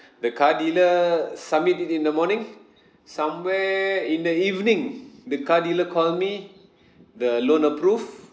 the car dealer submit it in the morning somewhere in the evening the car dealer call me the loan approved